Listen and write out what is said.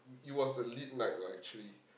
it was lit night lah actually